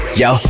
yo